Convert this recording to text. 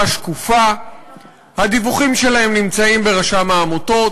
שקופה והדיווחים שלהן נמצאים אצל רשם העמותות.